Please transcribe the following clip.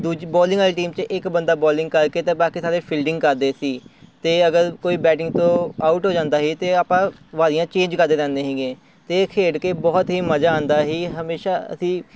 ਦੂਜੀ ਬੋਲਿੰਗ ਵਾਲੀ ਟੀਮ 'ਚ ਇੱਕ ਬੰਦਾ ਬੋਲਿੰਗ ਕਰਕੇ ਅਤੇ ਬਾਕੀ ਸਾਰੇ ਫੀਲਡਿੰਗ ਕਰਦੇ ਸੀ ਅਤੇ ਅਗਰ ਕੋਈ ਬੈਟਿੰਗ ਤੋਂ ਆਊਟ ਹੋ ਜਾਂਦਾ ਹੀ ਤਾਂ ਆਪਾਂ ਵਾਰੀਆਂ ਚੇਂਜ ਕਰਦੇ ਰਹਿੰਦੇ ਸੀਗੇ ਅਤੇ ਖੇਡ ਕੇ ਬਹੁਤ ਹੀ ਮਜ਼ਾ ਆਉਂਦਾ ਸੀ ਹਮੇਸ਼ਾ ਅਸੀਂ